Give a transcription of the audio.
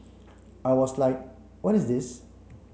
I was like what is this